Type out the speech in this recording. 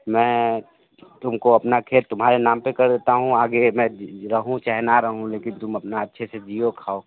मैं तुमको अपना खेत तुम्हारे नाम पे कर देता हूँ आगे मैं रहूँ चाहे ना रहूँ लेकिन तुम अपना अच्छे से जीओ खाओ